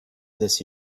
this